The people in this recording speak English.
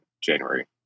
january